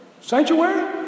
Sanctuary